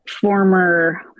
former